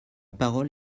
parole